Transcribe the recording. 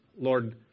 Lord